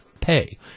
pay